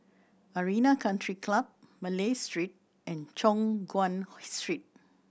Arena Country Club Malay Street and Choon Guan Street